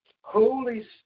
Holy